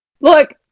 Look